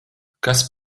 kas